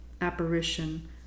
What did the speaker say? apparition